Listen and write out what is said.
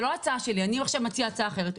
לא הצעה שלו אלא שעכשיו הוא מציע הצעה אחרת.